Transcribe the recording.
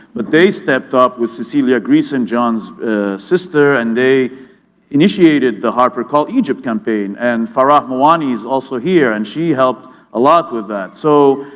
but they stepped up with cecilia greyson, john's sister and they initiated the harpercallegypt' campaign and farah mawani is also here and she helped a lot with that. so,